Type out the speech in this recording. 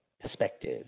perspective